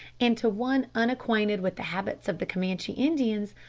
and to one unacquainted with the habits of the camanchee indians,